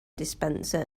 dispenser